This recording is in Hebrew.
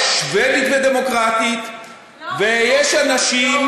יש שבדית ודמוקרטית, לא, ויש אנשים,